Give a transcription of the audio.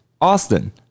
Austin